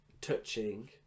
Touching